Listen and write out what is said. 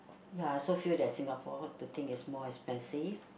ya I also feel that Singapore the thing is more expensive